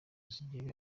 zisaga